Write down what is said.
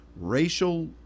racial